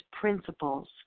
principles